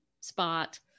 spot